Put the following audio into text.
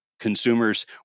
Consumers